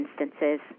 instances